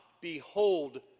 behold